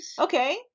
okay